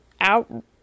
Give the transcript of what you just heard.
out